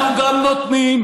אנחנו גם נותנים.